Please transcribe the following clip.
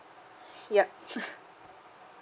yup